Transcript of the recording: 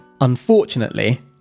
Unfortunately